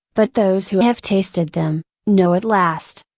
but those who have tasted them, know at last,